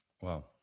Wow